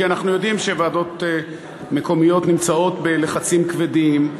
כי אנחנו יודעים שוועדות מקומיות נמצאות בלחצים כבדים,